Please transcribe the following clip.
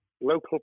local